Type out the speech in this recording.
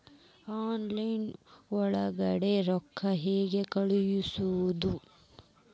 Online ಒಳಗಡೆ ರೊಕ್ಕ ಹೆಂಗ್ ಕಳುಹಿಸುವುದು?